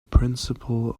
principle